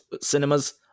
cinemas